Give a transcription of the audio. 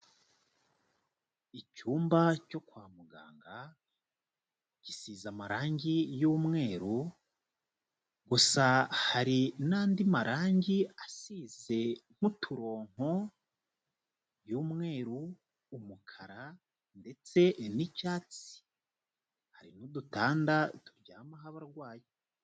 Icyumba cyo kwa muganga gisize amarangi y'umweru, gusa hari n'andi marangi asizemo uturongo y'umweru umukara ndetse n'icyatsi, hari n'udutanda turyamaho abarwayi.